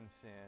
sin